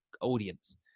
audience